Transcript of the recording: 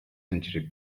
century